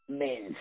men